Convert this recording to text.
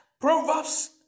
Proverbs